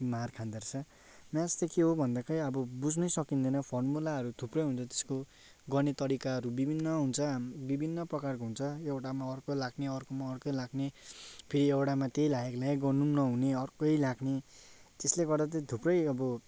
मार खाँदो रहेछ म्याथ चाहिँ के हो भन्दा खोइ अब बुझ्नै सकिँदैन फर्मुलाहरू थुप्रै हुन्छ त्यस्को गर्ने तरिकाहरू विभिन्न हुन्छ विभिन्न प्रकारको हुन्छ एउटामा अर्कै लाग्ने अर्कोमा अर्कै लाग्ने फेरी एउटामा त्यही लागेको लागेकै गर्नु पनि नहुने अर्कै लाग्ने त्यस्ले गर्दा चाहिँ थुप्रै अब